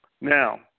Now